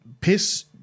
piss